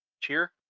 Cheer